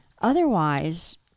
Otherwise